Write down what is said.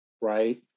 right